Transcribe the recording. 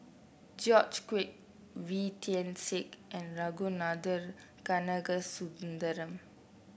George Quek Wee Tian Siak and Ragunathar Kanagasuntheram